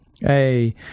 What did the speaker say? hey